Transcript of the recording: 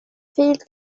fields